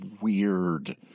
weird